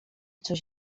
coś